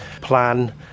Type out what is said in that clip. plan